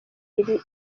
iri